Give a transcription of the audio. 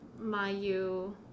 Mayu